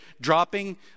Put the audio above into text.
dropping